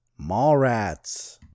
Mallrats